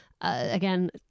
Again